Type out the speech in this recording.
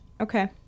Okay